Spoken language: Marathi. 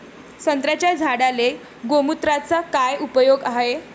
संत्र्याच्या झाडांले गोमूत्राचा काय उपयोग हाये?